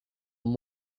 than